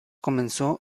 comenzó